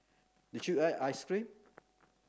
did you eat ice cream